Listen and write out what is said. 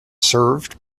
served